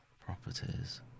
properties